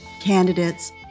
candidates